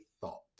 Thought